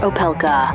Opelka